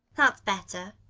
that's better.